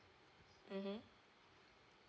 mmhmm